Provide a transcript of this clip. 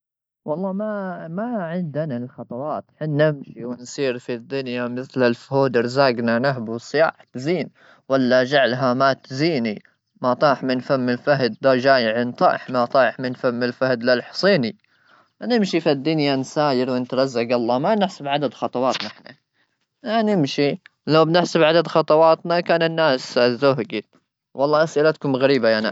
والله ما ما عندنا الخطوات ,حنا نمشي ونصير في الدنيا مثل الفهود ,ارزاقنا نهب وصياح زين ولا جعلها ما تزيني ,ما طاح من فم الفهد ده جاي طاح ما طاح من فم الفهد للحصيني نمشي في الدنيا نساير وانت رزق الله ما نحسب عدد خطوات نحن نمشي لو بنحسب عدد خطواتنا كان الناس زوجي والله اسئلتكم غريبه